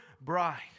bride